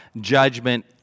judgment